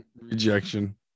Rejection